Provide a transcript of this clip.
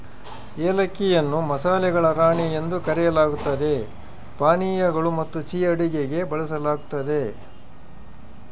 ಏಲಕ್ಕಿಯನ್ನು ಮಸಾಲೆಗಳ ರಾಣಿ ಎಂದು ಕರೆಯಲಾಗ್ತತೆ ಪಾನೀಯಗಳು ಮತ್ತುಸಿಹಿ ಅಡುಗೆಗೆ ಬಳಸಲಾಗ್ತತೆ